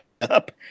up